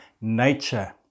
nature